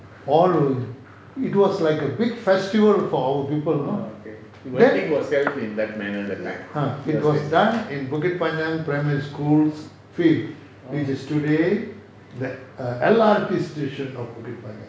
all it was like a big festival for our people you know then it was done in bukit panjang primary schools field it is today L_R_T station of bukit panjang